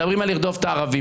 מדברים על לרדוף את הערבים,